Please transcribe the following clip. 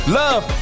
love